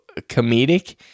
comedic